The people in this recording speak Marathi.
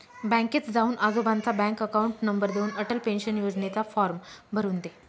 बँकेत जाऊन आजोबांचा बँक अकाउंट नंबर देऊन, अटल पेन्शन योजनेचा फॉर्म भरून दे